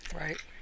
Right